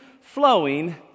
flowing